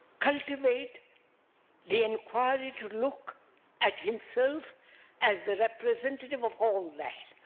cultivate the enquiry to look at himself as the representative of all that.